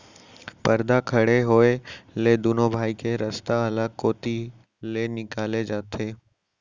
परदा खड़े होए ले दुनों भाई के रस्ता अलगे कोती ले निकाले जाथे